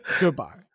Goodbye